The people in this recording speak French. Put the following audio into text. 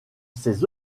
ses